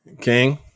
King